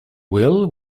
will